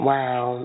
Wow